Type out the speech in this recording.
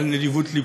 על נדיבות לבך.